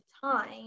time